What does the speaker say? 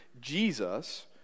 Jesus